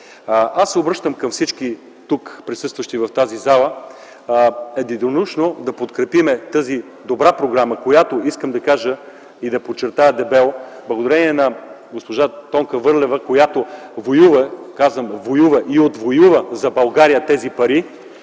Аз се обръщам към всички присъстващи тук в тази зала единодушно да подкрепим тази добра програма, която, искам да кажа и да подчертая дебело, благодарение на госпожа Тонка Върлева, която воюва и отвоюва за България тези пари,